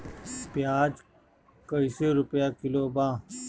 प्याज कइसे रुपया किलो बा?